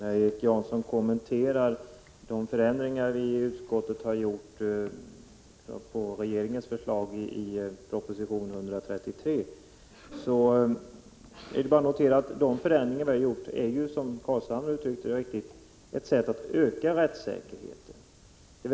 Fru talman! Erik Janson kommenterade de förändringar vi i utskottet har gjort i förhållande till regeringens förslag i proposition 133. Jag vill notera att de förändringar vi har gjort är, som Nils Carlshamre riktigt uttryckte det, ett sätt att öka rättssäkerheten.